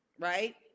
right